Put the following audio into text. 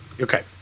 Okay